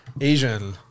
Asian